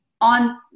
On